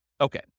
Okay